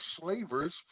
slavers